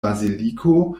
baziliko